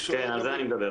כן, כל זה אני מדבר.